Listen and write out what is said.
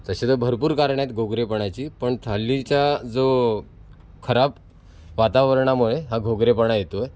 तसे तर भरपूर कारणं आहेत घोगरेपणाची पण थाल्लीच्या जो खराब वातावरणामुळे हा घोगरेपणा येतो आहे